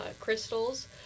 crystals